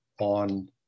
on